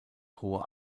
hohe